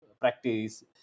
practice